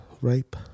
rape